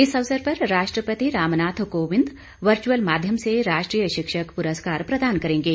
इस अवसर पर राष्ट्रपति रामनाथ कोविंद वर्चअल माध्यम से राष्ट्रीय शिक्षक प्रस्कार प्रदान करेंगे